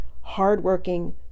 hardworking